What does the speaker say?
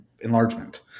Enlargement